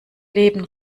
leben